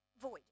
void